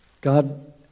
God